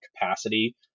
capacity